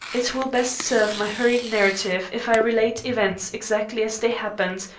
it will best serve my hurried narrative if i relate events exactly as they happened,